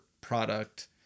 product